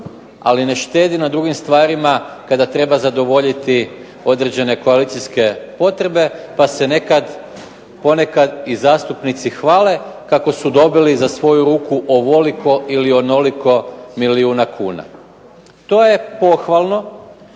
ali ne štedi na drugim stvarima kada treba zadovoljiti određene koalicijske potrebe pa se nekad zastupnici hvale kako su dobili za svoju ruku ovoliko ili onoliko milijuna kuna. To je pohvalno